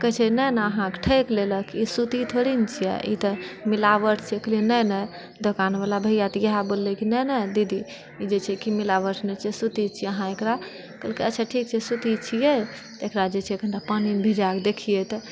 कहैत छै नहि नहि अहाँके ठकि लेलक ई सूती थोड़े नहि छियै ई तऽ मिलावट छियै हम कहलियै नहि नहि दोकानबला भैआ तऽ इएह बोललै नहि नहि दीदी ई जे छै कि मिलावट नहि छै सूती छियै अहाँ एकरा कहलकै अच्छा ठीक छै सूती छियै तऽ एकरा जे छै कनिटा पानीमे भिजाके देखियै तऽ